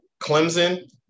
Clemson